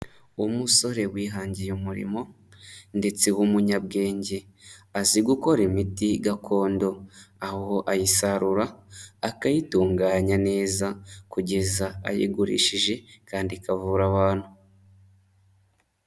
Umusore wihangiye umurimo ndetse w'umunyabwenge. Azi gukora imiti gakondo, aho ayisarura, akayitunganya neza, kugeza ayigurishije kandi ikavura abantu.